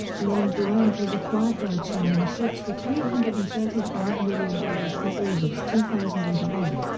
lane bryant was acquired by charming shoppes for three hundred and thirty five million dollars in august two thousand and one.